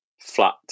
flat